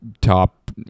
top